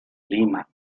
lima